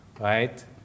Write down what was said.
Right